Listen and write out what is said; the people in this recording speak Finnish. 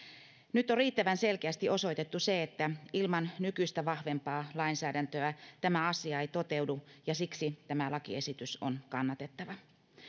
nyt on riittävän selkeästi osoitettu se että ilman nykyistä vahvempaa lainsäädäntöä tämä asia ei toteudu ja siksi tämä lakiesitys on kannatettava